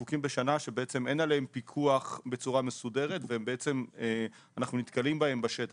שבעצם אין עליהם פיקוח בצורה מסודרת ואנחנו נתקלים בהם בשטח.